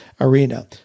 arena